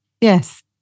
yes